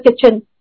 kitchen